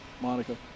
Monica